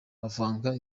avanga